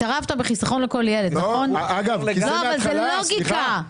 כי זה לוגיקה.